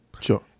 Sure